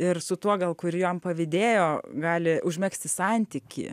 ir su tuo gal kur jam pavydėjo gali užmegzti santykį